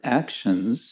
actions